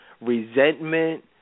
resentment